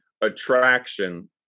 attraction